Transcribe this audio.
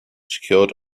secured